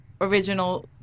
original